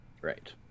Right